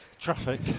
traffic